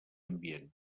ambient